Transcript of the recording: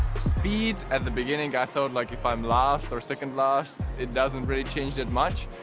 speed, at the beginning, i thought, like, if i'm last or second last, it doesn't really change that much.